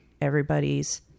everybody's